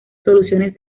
soluciones